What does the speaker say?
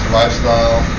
lifestyle